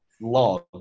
log